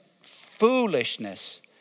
foolishness